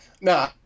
No